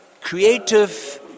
creative